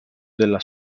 della